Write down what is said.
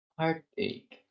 heartache